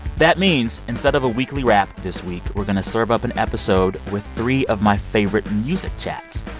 that means instead of a weekly wrap this week, we're going to serve up an episode with three of my favorite music chats.